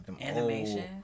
Animation